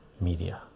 media